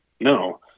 no